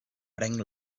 prenc